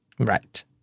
Right